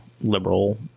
liberal